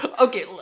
Okay